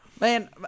Man